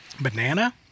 Banana